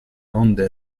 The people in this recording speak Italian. onde